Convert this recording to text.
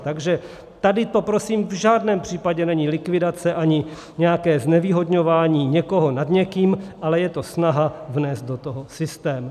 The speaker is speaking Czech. Takže tady to prosím v žádném případě není likvidace ani nějaké znevýhodňování někoho nad někým, ale je to snaha vnést do toho systém.